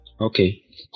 Okay